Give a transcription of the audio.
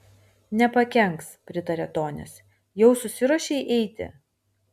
nepakenks pritarė tonis jau susiruošei eiti